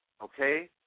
Okay